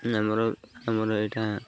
ଆମର ଆମର ଏଇଟା